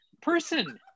person